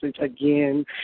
again